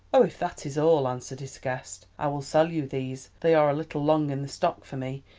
oh, if that is all, answered his guest, i will sell you these they are a little long in the stock for me,